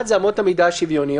דבר אחד אמות המידה השוויוניות,